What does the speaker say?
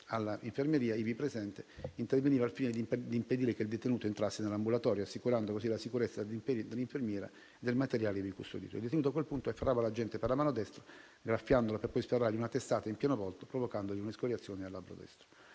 alla infermeria ivi presente interveniva al fine di impedire che il detenuto entrasse nell'ambulatorio, assicurando così la sicurezza dell'infermiera e del materiale ivi custodito. Il detenuto, a quel punto, afferrava l'agente per la mano destra, graffiandolo, per poi sferrargli una testata in pieno volto, provocandogli un'escoriazione al labbro destro.